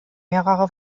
mehrere